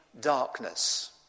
darkness